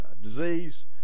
disease